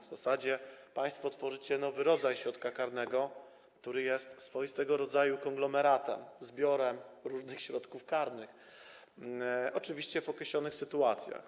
W zasadzie państwo tworzycie nowy rodzaj środka karnego, który jest swoistego rodzaju konglomeratem, zbiorem różnych środków karnych oczywiście w określonych sytuacjach.